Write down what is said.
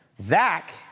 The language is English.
Zach